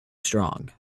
strong